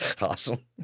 Awesome